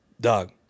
dog